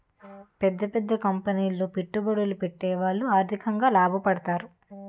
పెద్ద పెద్ద కంపెనీలో పెట్టుబడులు పెట్టేవాళ్లు ఆర్థికంగా లాభపడతారు